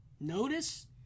notice